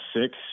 six